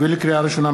לקריאה ראשונה,